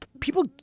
People